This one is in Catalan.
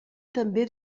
també